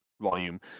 volume